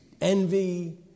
envy